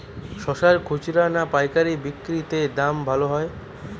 শশার খুচরা না পায়কারী বিক্রি তে দাম ভালো হয়?